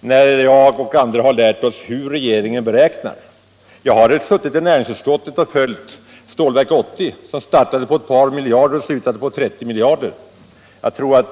som jag och andra nu lärt oss hur regeringen räknar. Som ledamot av näringsutskottet har jag följt hur Stålverk 80-projektet startade med ett par miljarder och slutade med 30 miljarder. De